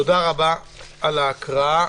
תודה רבה על ההקראה.